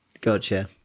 gotcha